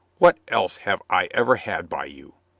what else have i ever had by you?